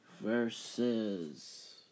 versus